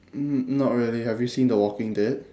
mm not really have you seen the walking dead